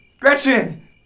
Gretchen